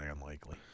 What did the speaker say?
unlikely